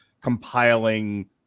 compiling